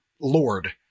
lord